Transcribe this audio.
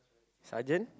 sergeant